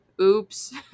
Oops